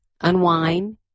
unwind